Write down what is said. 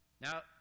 Now